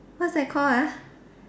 what's that call ah